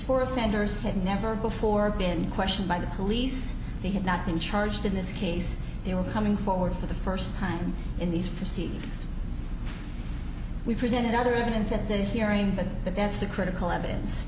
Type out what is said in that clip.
four offenders had never before been questioned by the police they had not been charged in this case they were coming forward for the first time in these proceeds we presented other evidence at that hearing but that's the critical evidence